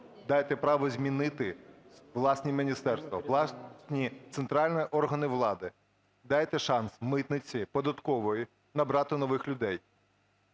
Дайте право змінити власні міністерства, власні центральні органи влади. Дайте шанс митниці, податковій набрати нових людей.